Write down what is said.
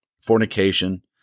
fornication